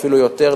אפילו יותר,